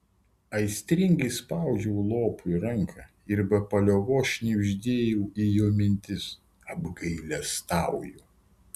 aistringai spaudžiau lopui ranką ir be paliovos šnibždėjau į jo mintis apgailestauju